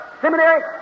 seminary